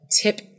tip